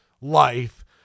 life